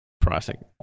pricing